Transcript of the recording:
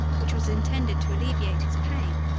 which was intended to alleviate his pain,